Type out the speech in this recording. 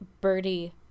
Birdie